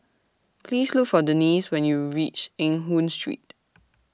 Please Look For Denisse when YOU REACH Eng Hoon Street